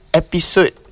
episode